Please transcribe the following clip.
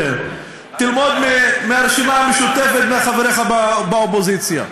תלמד מהרשימה המשותפת, מחבריך באופוזיציה.